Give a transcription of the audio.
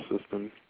system